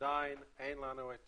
ועדיין אין לנו את